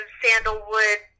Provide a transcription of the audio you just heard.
sandalwood